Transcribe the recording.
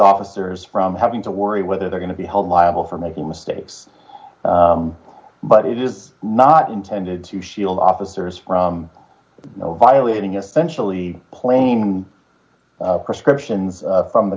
officers from having to worry whether they're going to be held liable for making mistakes but it is not intended to shield officers from know violating essentially plain prescriptions from the